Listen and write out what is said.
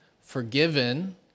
forgiven